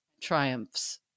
triumphs